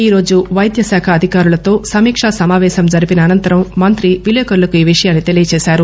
ఈరోజు వైద్య శాఖ అధికారులతో సమీకా సమాపేశం జరిపిన అనంతరం మంత్రి విలేకరులకు ఈ విషయాన్ని తెలీయజేశారు